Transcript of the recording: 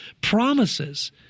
promises